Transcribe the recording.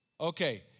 Okay